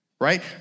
right